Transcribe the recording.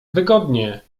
wygodnie